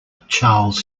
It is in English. charles